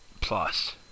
plus